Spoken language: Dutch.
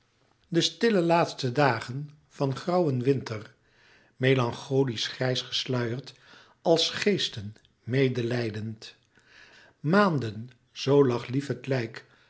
de stille laatste dagen van grauwen winter melancholisch grijs gesluierd als geesten medelijdend louis couperus metamorfoze maanden zoo lag lief het lijk